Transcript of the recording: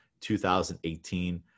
2018